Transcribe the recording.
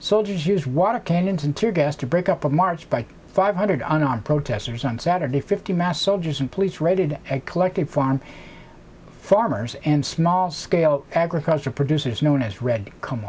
soldiers use water cannons and tear gas to break up of march by five hundred unarmed protesters on saturday fifty mass soldiers and police raided a collective farm farmers and small scale agriculture producers known as red come